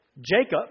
Jacob